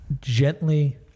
gently